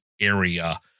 area